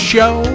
Show